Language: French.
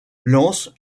lance